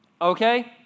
okay